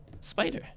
spider